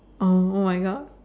oh my god